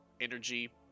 energy